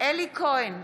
אלי כהן,